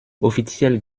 offiziell